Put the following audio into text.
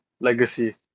legacy